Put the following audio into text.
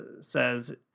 says